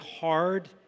hard